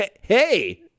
hey